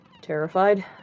terrified